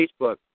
Facebook